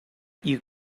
you